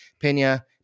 Pena